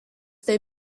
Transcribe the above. they